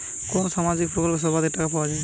কোন সামাজিক প্রকল্পে সর্বাধিক টাকা পাওয়া য়ায়?